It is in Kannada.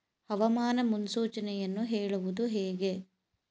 ಹವಾಮಾನ ಮುನ್ಸೂಚನೆಯನ್ನು ಹೇಳುವುದು ಹೇಗೆ?